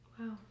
Wow